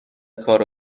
کار